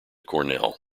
cornell